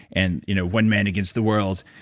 and you know one man against the world.